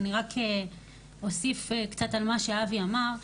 אני רק אוסיף קצת על מה שאבי אמר,